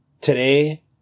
Today